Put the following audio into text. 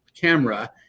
camera